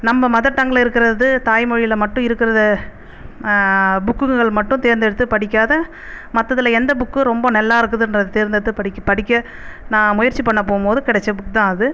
நம்ம மதர் டங்க்லில் இருக்கிறது தாய் மொழியில் மட்டும் இருக்கிறத புக்குங்கள் மட்டும் தேர்ந்தெடுத்து படிக்காத மத்ததில் எந்த புக்கு ரொம்ப நல்லா இருக்குதுன்றத தேர்ந்தெடுத்து படிக்க படிக்க நான் முயற்சி பண்ணப் போகும் போது கிடைச்ச புக் தான் அது